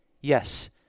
Yes